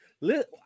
Look